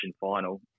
final